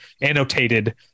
annotated